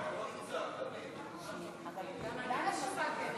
אבל אנחנו לא "קבוצת".